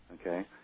Okay